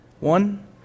One